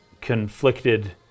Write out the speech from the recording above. conflicted